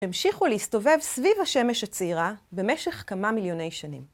המשיכו להסתובב סביב השמש הצעירה במשך כמה מיליוני שנים.